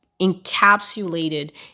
encapsulated